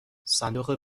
صندوق